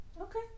Okay